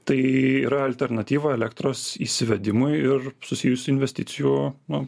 tai yra alternatyva elektros įsivedimui ir susijusių investicijų nu